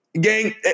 gang